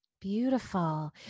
Beautiful